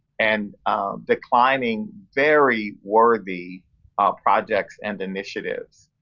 and declining very worthy projects and initiatives.